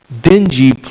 dingy